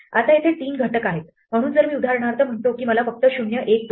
आता येथे तीन घटक आहेत म्हणून जर मी उदाहरणार्थ म्हणतो की मला फक्त 0 1 2